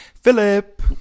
Philip